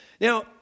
Now